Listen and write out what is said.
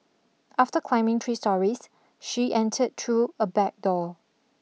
after climbing three stories she entered through a back door